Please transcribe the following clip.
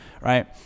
Right